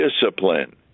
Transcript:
discipline